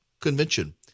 convention